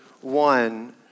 one